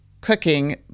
cooking